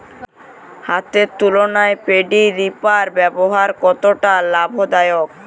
হাতের তুলনায় paddy reaper ব্যবহার কতটা লাভদায়ক?